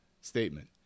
statement